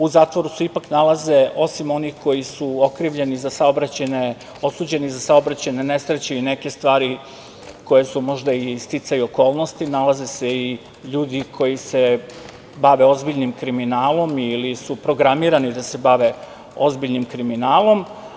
U zatvoru se ipak nalaze osim onih koji su okrivljeni i osuđeni za saobraćajne nesreće i neke stvari koje su možda i sticaj okolnosti, nalaze se i ljudi koji se bave ozbiljnim kriminalom ili su programirani da se bave ozbiljnim kriminalom.